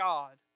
God